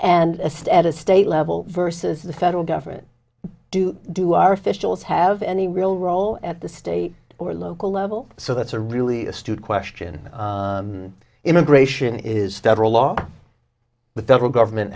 assist at a state level versus the federal government do do our officials have any real role at the state or local level so that's a really astute question immigration is federal law the federal government